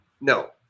no